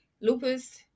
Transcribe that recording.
lupus